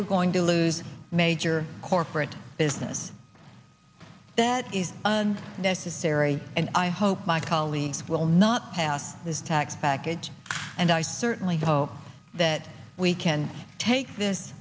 we're going to lose major corporate business that is necessary and i hope my colleagues will not pass this tax package and i certainly hope that we can take this